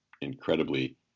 incredibly